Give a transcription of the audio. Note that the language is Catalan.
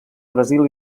brasil